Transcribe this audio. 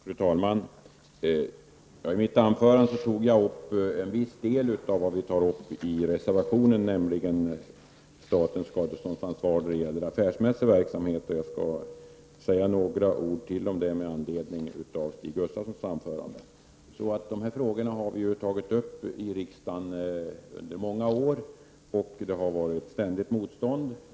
Fru talman! I mitt anförande berörde jag en viss del av vad vi tar upp i reservationen, nämligen frågan om statens skadeståndsansvar när det gäller affärsmässig verksamhet. Jag skall med anledning av Stig Gustafssons anförande säga ytterligare några ord om detta. Vi har i riksdagen under många år tagit upp dessa frågor, och det har ständigt funnits ett motstånd.